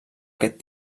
aquest